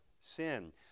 sin